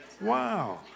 Wow